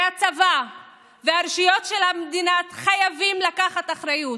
הצבא ורשויות המדינה חייבים לקחת אחריות,